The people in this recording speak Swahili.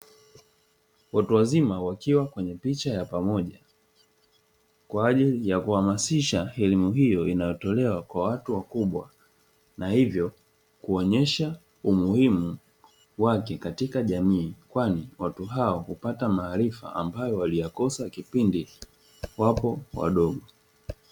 Watu wazima wakiwa kwenye picha ya pamoja, kwa ajili ya kuhamasisha elimu hiyo inayotolewa kwa watu wakubwa na hivyo kuonyesha umuhimu wake katika jamii, kwani watu hao hupata maarifa ambayo waliyakosa kipindi wapo wadogo.